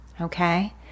Okay